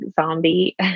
zombie